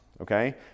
Okay